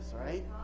right